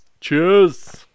cheers